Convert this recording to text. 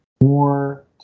more